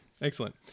Excellent